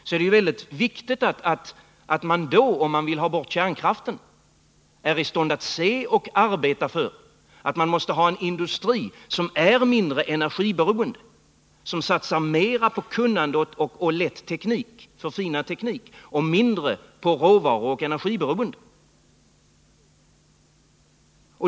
Och om man vill ha bort kärnkraften är det väldigt viktigt att man är i stånd att inse och arbeta för att vi måste ha en industri som är mindre energiberoende, som satsar mera på kunnande och lätt, förfinad teknik och mindre på råvaror.